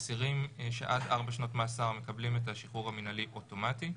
אסירים שעד ארבע שנות מאסר מקבלים את השחרור המינהלי אוטומטי.